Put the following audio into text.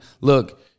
Look